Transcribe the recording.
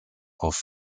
auf